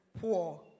poor